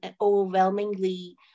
overwhelmingly